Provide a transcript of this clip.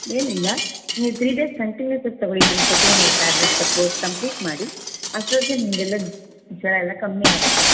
ಏನಿಲ್ಲ ನೀವು three days continuous ಆಗಿ ತಗೊಳ್ಳಿ ನಾನು ಕೊಟ್ಟಿದ್ದೀನಲ್ಲ ಟ್ಯಾಬ್ಲೆಟ್ ಆ ಕೋರ್ಸ್ ಕಂಪ್ಲೀಟ್ ಮಾಡಿ ಅಷ್ಟೊತ್ತಿಗೆ ನಿಮಗೆಲ್ಲ ಜ್ವರ ಎಲ್ಲ ಕಮ್ಮಿ ಆಗುತ್ತೆ